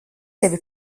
tevi